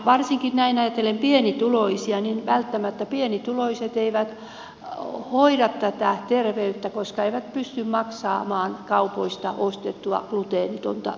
varsinkin ajatellen pienituloisia niin välttämättä pienituloiset eivät hoida terveyttä koska eivät pysty maksamaan kaupoista ostettua gluteenitonta ruokaa